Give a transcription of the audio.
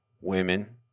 Women